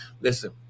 Listen